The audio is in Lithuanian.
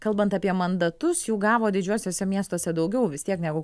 kalbant apie mandatus jų gavo didžiuosiuose miestuose daugiau vis tiek negu